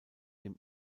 dem